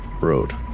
road